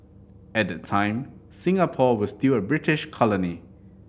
at that time Singapore was still a British colony